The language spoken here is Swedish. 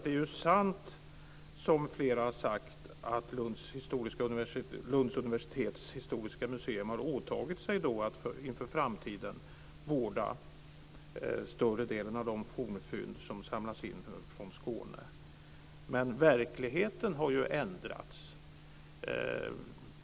Det är ju sant som flera här har sagt, att Lunds universitets historiska museum har åtagit sig att inför framtiden vårda större delen av de fornfynd som samlats in i Skåne. Men verkligheten har ju ändrats.